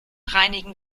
reinigen